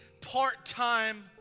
part-time